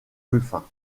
ruffin